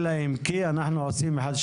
אלא אם כן אנחנו עושים אחת,